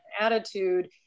attitude